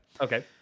Okay